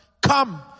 come